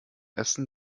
essen